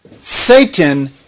Satan